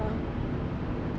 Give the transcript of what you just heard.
um